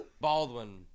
Baldwin